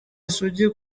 isugi